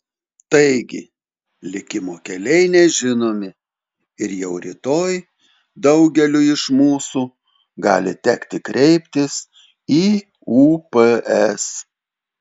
taigi likimo keliai nežinomi ir jau rytoj daugeliui iš mūsų gali tekti kreiptis į ups